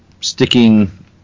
sticking